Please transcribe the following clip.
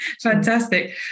Fantastic